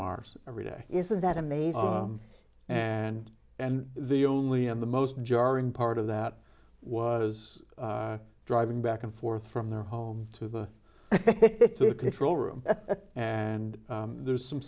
mars every day isn't that amazing and and the only and the most jarring part of that was driving back and forth from their home to the control room and there's some